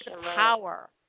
power